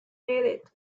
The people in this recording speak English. needed